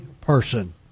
person